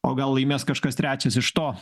o gal laimės kažkas trečias iš to